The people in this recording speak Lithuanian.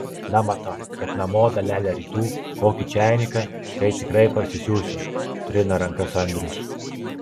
na matau kad namo dalelę rytų kokį čainiką tai tikrai parsisiųsiu trina rankas andrius